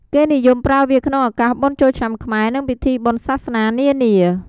គេនិយមប្រើវាក្នុងឱកាសបុណ្យចូលឆ្នាំខ្មែរ និងពិធីបុណ្យសាសនា នានា។